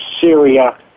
Syria